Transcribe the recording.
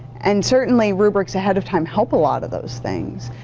and certainly rubrics ahead of time help a lot of those things.